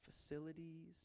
facilities